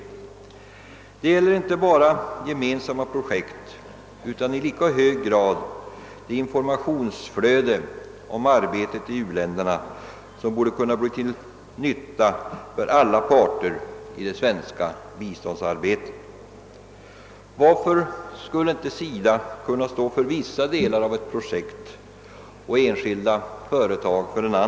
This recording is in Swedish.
Detta gäller inte bara gemensamma projekt utan i lika hög grad det informationsflöde om arbetet i uländerna, som borde kunna bli till nytta för alla parter i det svenska biståndsarbetet. Varför skulle inte SIDA kunna stå för vissa delar av ett projekt och enskilda företag för andra?